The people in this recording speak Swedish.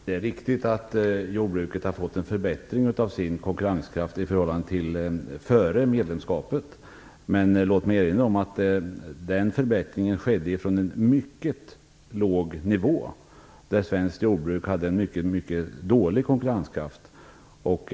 Fru talman! Det är riktigt att jordbruket har fått en förbättring av sin konkurrenskraft i förhållande till hur det var före medlemskapet. Men låt mig erinra om att den förbättringen skedde från en mycket låg nivå där svenskt jordbruk hade en mycket dålig konkurrenskraft.